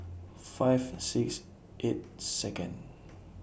five six eight Second